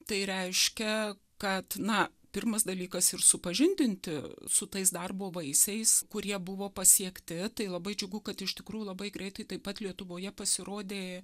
tai reiškia kad na pirmas dalykas ir supažindinti su tais darbo vaisiais kurie buvo pasiekti tai labai džiugu kad iš tikrųjų labai greitai taip pat lietuvoje pasirodė